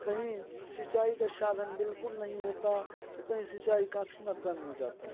कहीं सिंचाई का साधन बिल्कुल नहीं होते तो कहीं सिंचाई काफ़ी मात्रा में हो जाती है